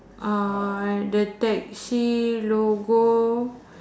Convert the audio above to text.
the taxi logo